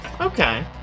Okay